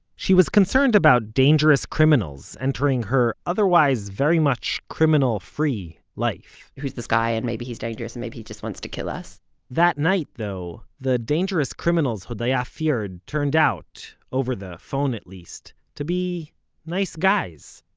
she was concerned about dangerous criminals entering her otherwise very much criminal-free life who's this guy, and maybe he's dangerous and maybe he just wants to kill us that night, though, the dangerous criminals hodaya yeah feared turned out over the phone at least to be nice guys.